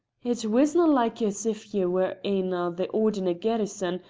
it wisna like as if ye were ane o' the ordinar garrison,